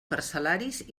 parcel·laris